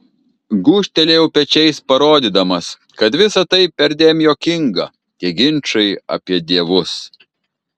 gūžtelėjau pečiais parodydamas kad visa tai perdėm juokinga tie ginčai apie dievus